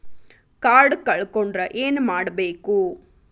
Card ಕಳ್ಕೊಂಡ್ರ ಏನ್ ಮಾಡಬೇಕು?